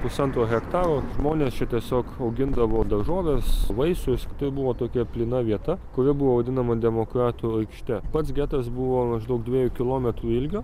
pusantro hektaro žmonės čia tiesiog augindavo daržoves vaisius tai buvo tokia plyna vieta kuri buvo vadinama demokratų aikšte pats getas buvo maždaug dviejų kilometrų ilgio